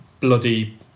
bloody